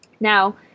now